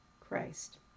Christ